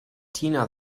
tina